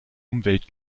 umwelt